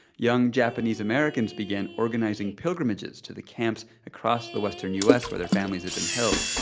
young japanese americans began organizing pilgrimages to the camps across the western u s. where their families had been held.